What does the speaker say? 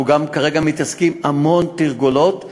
אנחנו כרגע גם מתעסקים בהמון תרגולות,